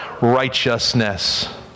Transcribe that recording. righteousness